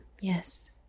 Yes